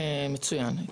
מצוין.